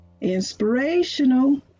inspirational